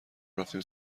رفتیم